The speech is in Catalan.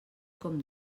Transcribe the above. com